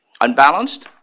Unbalanced